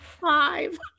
five